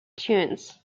tunes